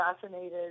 fascinated